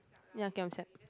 ya giam siap